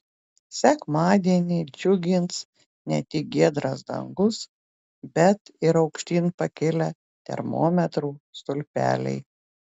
sekmadienį džiugins ne tik giedras dangus bet ir aukštyn pakilę termometrų stulpeliai